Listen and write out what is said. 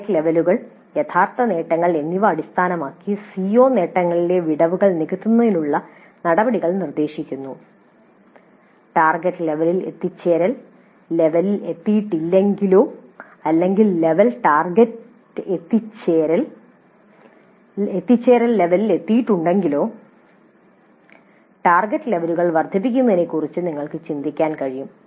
target ലെവലുകൾ യഥാർത്ഥ നേട്ടങ്ങൾ എന്നിവ അടിസ്ഥാനമാക്കി സിഒ നേട്ടങ്ങളിലെ വിടവുകൾ നികത്തുന്നതിനുള്ള നടപടികൾ നിർദ്ദേശിക്കുന്നു ടാർഗെറ്റ് ലെവലിൽ എത്തിച്ചേരൽ ലെവലിൽ എത്തിയിട്ടില്ലെങ്കിലോ അല്ലെങ്കിൽ ലെവൽ ടാർഗെറ്റ് എത്തിച്ചേരൽ ലെവലിൽ എത്തിയിട്ടുണ്ടെങ്കിലോ ടാർഗെറ്റ് ലെവലുകൾ വർദ്ധിപ്പിക്കുന്നതിനെക്കുറിച്ച് ഞങ്ങൾക്ക് ചിന്തിക്കാൻ കഴിയും